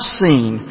seen